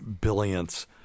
billions